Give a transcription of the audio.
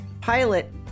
pilot